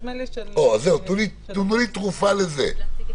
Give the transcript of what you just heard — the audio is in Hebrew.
תנו לי תרופה לזה.